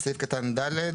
בסעיף קטן (ד):